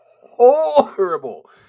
horrible